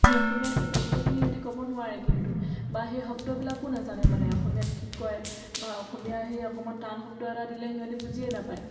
সেই অসমীয়াত সেই বাক্যখিনি সিহঁতে ক'ব নোৱাৰে কিন্তু বা সেই শব্দবিলাকো নাজানে মানে অসমীয়াত কি কয় বা অসমীয়া সেই অকণমান টান শব্দ এটা দিলে সিহঁতে বুজিয়ে নাপায়